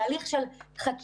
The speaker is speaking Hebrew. תהליך של חקירה,